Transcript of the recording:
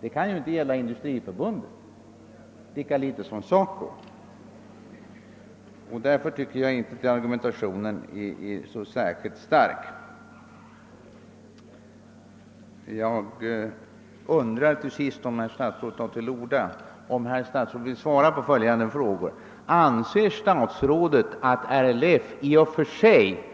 Det kan inte gälla Industriförbundet och inte heller SACO, och därför tycker jag inte att argumentationen är särskilt stark. Om statsrådet tar till orda igen undrar jag om han vill svara på följande fråga: Anser statsrådet att RLF i och för sig